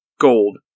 gold